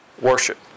worship